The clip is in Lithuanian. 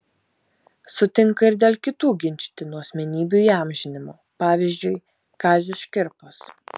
sutinka ir dėl kitų ginčytinų asmenybių įamžinimo pavyzdžiui kazio škirpos